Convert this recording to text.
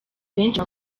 benshi